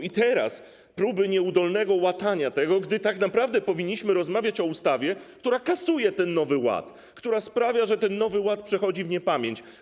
I teraz mamy próby nieudolnego łatania tego, gdy tak naprawdę powinniśmy rozmawiać o ustawie, która kasuje ten Nowy Ład, która sprawia, że ten Nowy Ład przechodzi w niepamięć.